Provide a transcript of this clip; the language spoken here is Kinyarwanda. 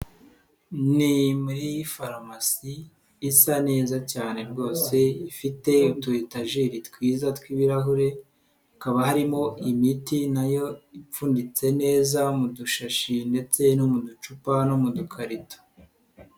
Ni muri farumasi isa neza cyane rwose ifite utu etajeri twiza twi'ibirahure, hakaba harimo imiti nayo ipfunditse neza mu dushashi ndetse no mu ducupa no mu dukarito.